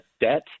debt